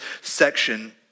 section